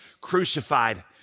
crucified